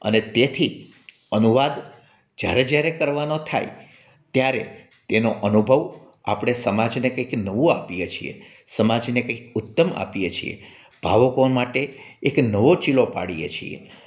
અને તેથી અનુવાદ જ્યારે જ્યારે કરવાનો થાય ત્યારે એનો અનુભવ આપણે સમાજને કંઈક નવું આપીએ છીએ સમાજને કંઈક ઉત્તમ આપીએ છીએ ભાવકો માટે એક નવો ચીલો પાડીએ છીએ